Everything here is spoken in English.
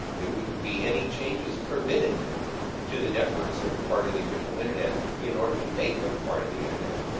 there wouldn't be any changes permitted to the networks that were part of the original internet in order to make them part of the internet.